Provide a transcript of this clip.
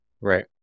Right